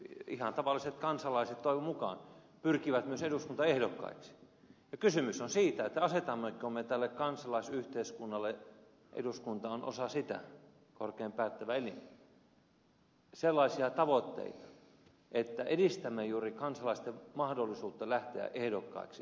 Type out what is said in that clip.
ihan tavalliset kansalaiset toivon mukaan pyrkivät myös eduskuntaehdokkaiksi ja kysymys on siitä asetammeko me tälle kansalaisyhteiskunnalle eduskunta on osa sitä korkein päättävä elin sellaisia tavoitteita että edistämme juuri kansalaisten mahdollisuutta lähteä ehdokkaiksi alennamme sitä kynnystä